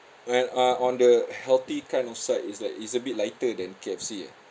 and uh on the healthy kind of side is like is a bit lighter than K_F_C ah